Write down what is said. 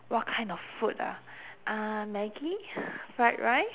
what kind of food ah uh maggi fried rice